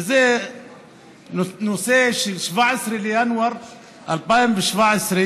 וזה נושא של ה-17 בינואר 2017,